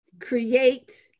create